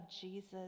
Jesus